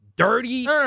Dirty